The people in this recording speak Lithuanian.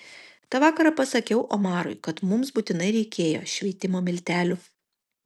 tą vakarą pasakiau omarui kad mums būtinai reikėjo šveitimo miltelių